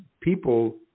people